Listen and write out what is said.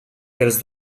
pels